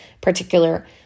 particular